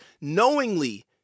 knowingly